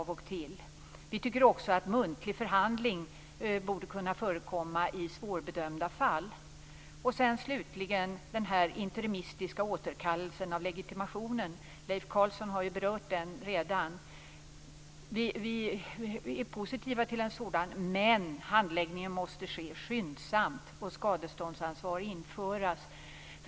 Vi tycker också att muntlig förhandling borde kunna förekomma i svårbedömda fall. Slutligen gäller det detta med interimistisk återkallelse av legitimation. Leif Carlson har redan berört den frågan. Vi är positiva till en sådan åtgärd men handläggningen måste ske skyndsamt och skadeståndsansvar införas.